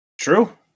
True